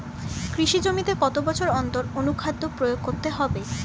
কৃষি জমিতে কত বছর অন্তর অনুখাদ্য প্রয়োগ করতে হবে?